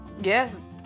Yes